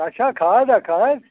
اچھا کھاد ہا کھاد